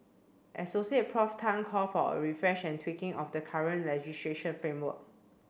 Associate Prof Tan called for a refresh and tweaking of the current legistration framework